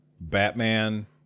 batman